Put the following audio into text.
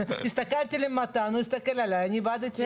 הסתכלתי על מתן, הוא הסתכל עליי, איבדתי את זה.